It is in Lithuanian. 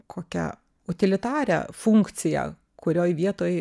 kokią utilitarią funkciją kurioj vietoj